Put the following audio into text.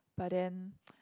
but then